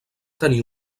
tenir